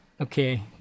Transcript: okay